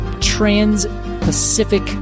trans-Pacific